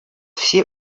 все